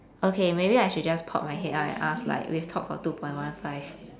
okay maybe I should just pop my head out and ask like we have talked for two point one five